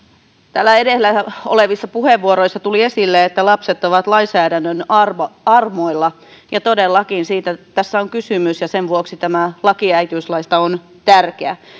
täällä edellä olevissa puheenvuoroissa tuli esille että lapset ovat lainsäädännön armoilla ja todellakin siitä tässä on kysymys ja sen vuoksi tämä laki äitiyslaista on tärkeä